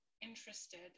interested